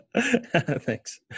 Thanks